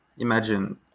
imagine